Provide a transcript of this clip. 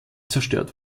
zerstört